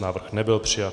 Návrh nebyl přijat.